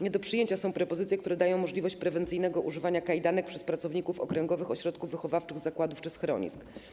Nie do przyjęcia są propozycje, które dają możliwość prewencyjnego używania kajdanek przez pracowników okręgowych ośrodków wychowawczych, zakładów czy schronisk.